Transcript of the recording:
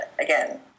again